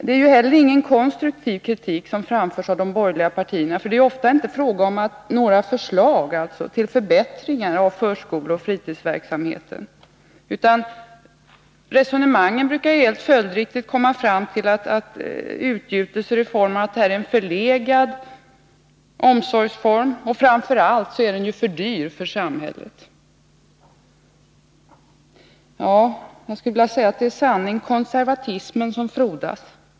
Det är ju inte heller någon konstruktiv kritik som framförs från de borgerliga partierna. Det är ofta inte fråga om några förslag till förbättringar av förskoleoch fritidsverksamheten. Resonemanget brukar i stället helt följdriktigt komma fram till utgjutelser om att detta är en förlegad omsorgsform och att den framför allt är för dyr för samhället. Ja, jag skulle vilja säga att det är den sanna konservatismen som frodas.